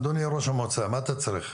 אדוני ראש המועצה מה אתה צריך,